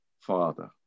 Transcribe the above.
Father